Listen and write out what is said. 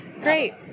Great